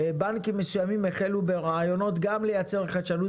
בנקים מסוימים החלו ברעיונות גם כדי לייצר חדשנות